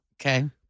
Okay